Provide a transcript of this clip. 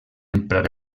emprar